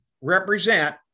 represent